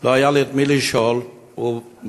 לא היה לי את מי לשאול, וממש